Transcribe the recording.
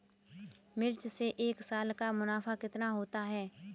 मिर्च से एक साल का मुनाफा कितना होता है?